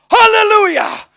Hallelujah